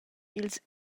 ils